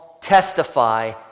testify